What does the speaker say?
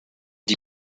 die